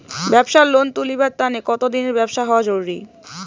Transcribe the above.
ব্যাবসার লোন তুলিবার তানে কতদিনের ব্যবসা হওয়া জরুরি?